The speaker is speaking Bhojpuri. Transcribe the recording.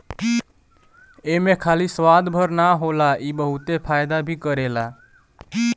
एमे खाली स्वाद भर नाइ होला इ बहुते फायदा भी करेला